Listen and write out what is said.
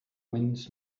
winds